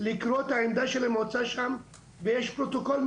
לקרוא את העמדה של המועצה שם ויש פרוטוקול,